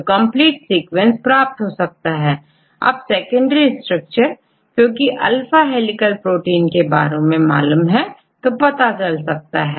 तो complete sequence प्राप्त हो सकता है अब सेकेंडरी स्ट्रक्चर क्योंकि अल्फा हेलीकल प्रोटीन के बारे में मालूम है तो पता चल सकता है